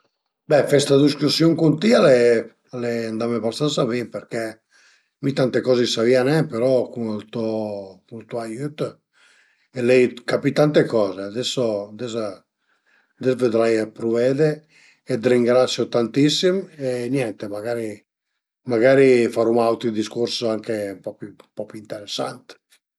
Prima dë tüt deve serne to gestur, gestur d'Internet e pöi serne, serne che nom büté, deve cerchete 'na password, deve fe, a ie ün prucediment ën po particular për fe ste coze e pöi deve segnete comuncue la password da cuai part perché se no se la dizmentie al e ün cazin